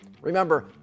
Remember